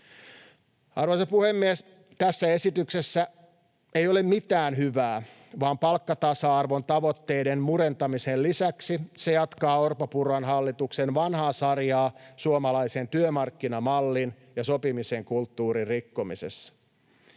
Arvoisa puhemies! Tässä esityksessä ei ole mitään hyvää, vaan palkkatasa-arvon tavoitteiden murentamisen lisäksi se jatkaa Orpon—Purran hallituksen vanhaa sarjaa suomalaisen työmarkkinamallin ja sopimisen kulttuurin rikkomisessa.